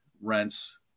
rents